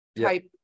type